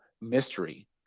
mystery